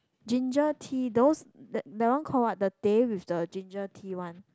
ginger tea those that that one call what the Teh with the ginger tea one